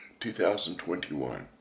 2021